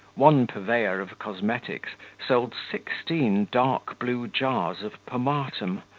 one purveyor of cosmetics sold sixteen dark-blue jars of pomatum,